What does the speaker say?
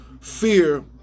fear